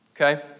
okay